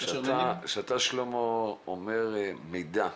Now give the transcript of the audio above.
כשאתה, שלמה, אומר מידע,